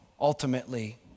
ultimately